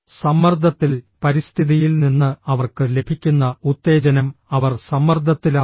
സമ്മർദ്ദത്തിൽ പരിസ്ഥിതിയിൽ നിന്ന് അവർക്ക് ലഭിക്കുന്ന ഉത്തേജനം അവർ സമ്മർദ്ദത്തിലാകുന്നു